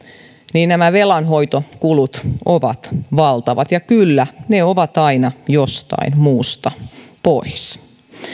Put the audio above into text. niin velanhoitokulut ovat valtavat ja kyllä ne ovat aina jostain muusta pois